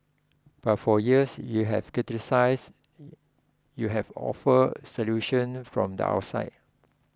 but for years you have criticised you have offered solutions from the outside